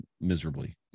miserably